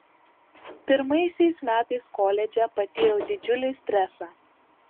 pirmaisiais metais koledže patyriau didžiulį stresą